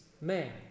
man